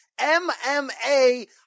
MMA